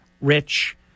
rich